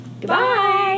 Goodbye